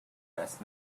best